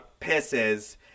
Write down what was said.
pisses